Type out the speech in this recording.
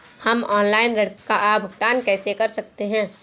हम ऑनलाइन ऋण का भुगतान कैसे कर सकते हैं?